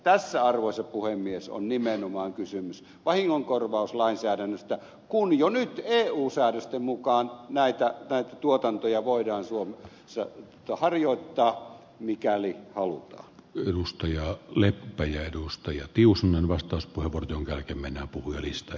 tässä arvoisa puhemies on nimenomaan kysymys vahingonkorvauslainsäädännöstä kun jo nyt eu säännösten mukaan näitä tuotantoja voidaan suomessa harjoittaa mikäli halu ylusta ja leppä ja edustaja tiusanen vastaiskuna portugali kymmenen halutaan